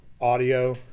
audio